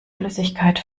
flüssigkeit